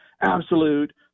absolute